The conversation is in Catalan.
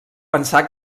pensar